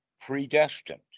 predestined